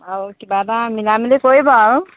আৰু কিবা এটা মিলা মেলি কৰিব আৰু